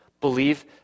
believe